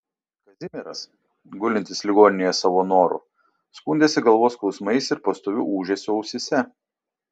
kazimieras gulintis ligoninėje savo noru skundėsi galvos skausmais ir pastoviu ūžesiu ausyse